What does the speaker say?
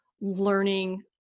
learning